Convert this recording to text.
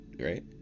right